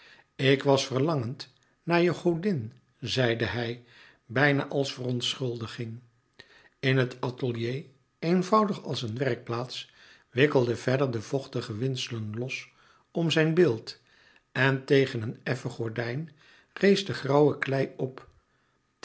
ik was verlangend naar je godin zeide hij bijna als verontschuldiging in het atelier eenvoudig als een werkplaats wikkelde fedder de vochtige windselen los om zijn beeld en tegen een effen gordijn rees de grauwe klei op